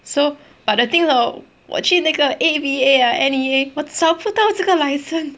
so but the thing hor 我去那个 A_V_A ah N_E_A 我找不到这个 license